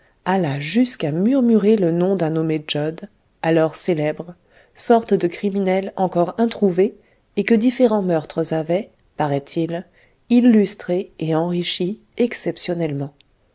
alla jusqu'à murmurer le nom d'un nommé jud alors célèbre sorte de criminel encore introuvé et que différents meurtres avaient paraît-il illustré et enrichi exceptionnellement